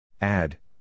Add